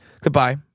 Goodbye